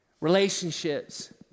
relationships